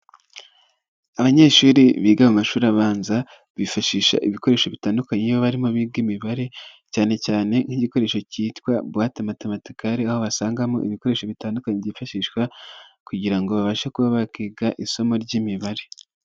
Abanyeshuri biga mu mashuri abanza bifashisha ibikoresho bitandukanye iyo barimo biga imibare, cyane cyane nk'igikoresho cyitwa bowate matematikale, aho basangamo ibikoresho bitandukanye byifashishwa kugira ngo babashe kuba bakiga isomo ry'imibare.